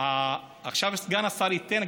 עכשיו סגן השר ייתן,